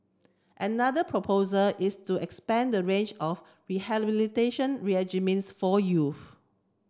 another proposal is to expand the range of rehabilitation regimes for